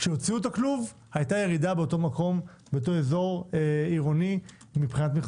כשהוציאו את הכלוב הייתה ירידה באותו אזור עירוני במיחזור.